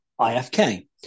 IFK